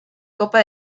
copa